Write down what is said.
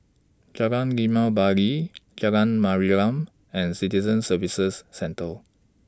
Jalan Limau Bali Jalan Mariam and Citizen Services Centre